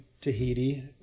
Tahiti